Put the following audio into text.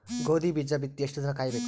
ಗೋಧಿ ಬೀಜ ಬಿತ್ತಿ ಎಷ್ಟು ದಿನ ಕಾಯಿಬೇಕು?